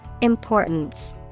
Importance